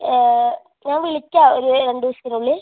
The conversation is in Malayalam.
ഞാൻ വിളിക്കാം ഒര് രണ്ട് ദിവസത്തിനുള്ളിൽ